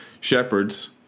shepherds